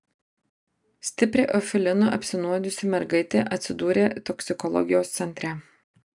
stipriai eufilinu apsinuodijusi mergaitė atsidūrė toksikologijos centre